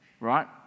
Right